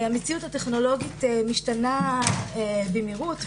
המציאות הטכנולוגית משתנה במהירות,